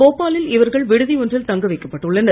போபாலில் இவர்கள் விடுதி ஒன்றில் தங்க வைக்கப்பட்டுள்ளனர்